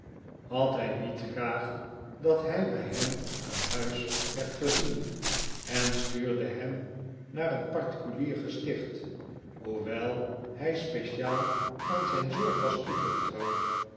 had hij niet graag dat hij bij hem aan huis werd gezien en stuurde hem naar een particulier gesticht hoewel hij speciaal aan zijn zorg was toevertrouwd